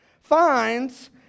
finds